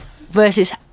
versus